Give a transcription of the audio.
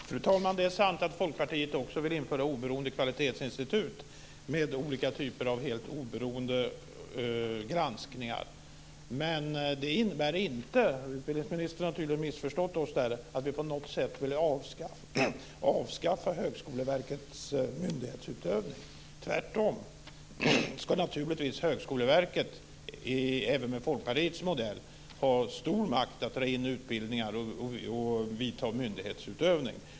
Fru talman! Det är sant att Folkpartiet också vill införa oberoende kvalitetsinstitut med olika typer av helt oberoende granskning. Men det innebär inte, utbildningsministern har tydligen missförstått oss där, att vi på något sätt vill avskaffa Högskoleverkets myndighetsutövning. Tvärtom ska naturligtvis Högskoleverket även med Folkpartiets modell ha stor makt att dra in utbildningar och ha en myndighetsutövning.